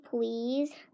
please